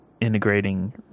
integrating